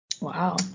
Wow